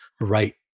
right